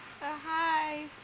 Hi